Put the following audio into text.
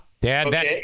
Dad